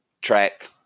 track